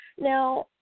Now